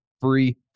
free